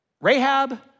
Rahab